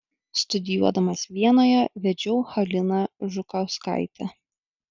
studijuodamas vienoje vedžiau haliną žukauskaitę